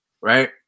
right